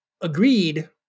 agreed